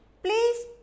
Please